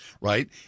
right